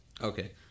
Okay